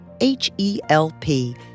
H-E-L-P